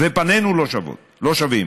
ופנינו לא שווים,